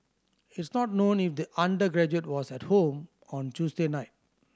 it's not known if the undergraduate was at home on Tuesday night